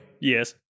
Yes